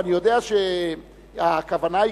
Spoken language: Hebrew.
ואני יודע שהכוונה היא,